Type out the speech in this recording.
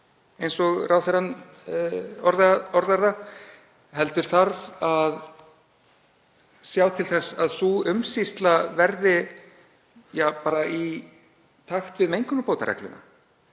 eins og ráðherrann orðar það, heldur þarf að sjá til þess að sú umsýsla verði í takt við mengunarbótareglu,